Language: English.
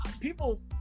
people